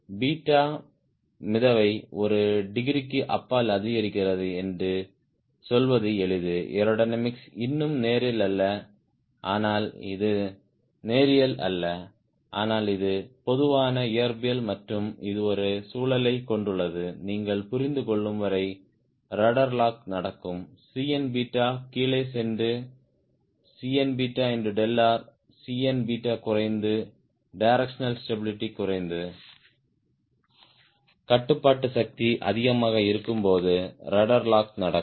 beta மிதவை ஒரு டிகிரிக்கு அப்பால் அதிகரிக்கிறது என்று சொல்வது எளிது ஏரோடைனமிக்ஸ் இன்னும் நேரியல் அல்ல ஆனால் இது நேரியல் அல்ல ஆனால் இது பொதுவான இயற்பியல் மற்றும் இது ஒரு சூழலைக் கொண்டுள்ளது நீங்கள் புரிந்து கொள்ளும் வரை ரட்ட்ர் லாக் நடக்கும் Cn கீழே சென்று Cnr Cn குறைந்து டிரெக்ஷனல் ஸ்டாபிளிட்டி குறைந்து கட்டுப்பாட்டு சக்தி அதிகமாக இருக்கும்போது ரட்ட்ர் லாக் நடக்கும்